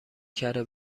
کره